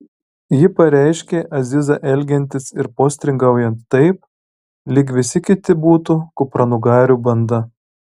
ji pareiškė azizą elgiantis ir postringaujant taip lyg visi kiti būtų kupranugarių banda